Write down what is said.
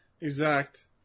Exact